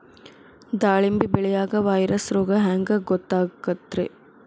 ದಾಳಿಂಬಿ ಬೆಳಿಯಾಗ ವೈರಸ್ ರೋಗ ಹ್ಯಾಂಗ ಗೊತ್ತಾಕ್ಕತ್ರೇ?